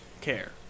care